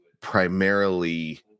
primarily